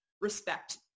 respect